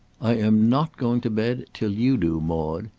i am not going to bed till you do, maude!